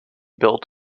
built